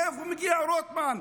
מאיפה מגיע רוטמן?